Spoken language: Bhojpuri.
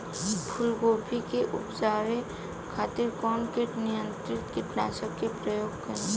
फुलगोबि के उपजावे खातिर कौन कीट नियंत्री कीटनाशक के प्रयोग करी?